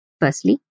Firstly